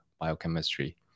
biochemistry